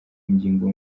ngingo